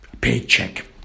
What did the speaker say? paycheck